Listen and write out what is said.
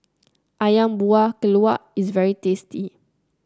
ayam Buah Keluak is very tasty